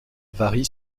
varie